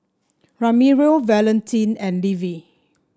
Ramiro Valentin and Levy